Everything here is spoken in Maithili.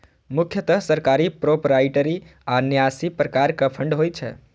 मुख्यतः सरकारी, प्रोपराइटरी आ न्यासी प्रकारक फंड होइ छै